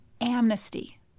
amnesty